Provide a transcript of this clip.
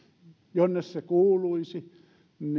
jonne se kuuluisi